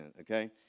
Okay